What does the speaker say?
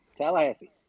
Tallahassee